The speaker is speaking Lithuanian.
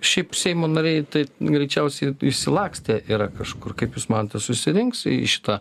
šiaip seimo nariai tai greičiausiai išsilakstę yra kažkur kaip jūs manote susirinks į šitą